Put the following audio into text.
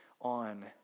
on